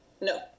No